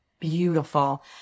Beautiful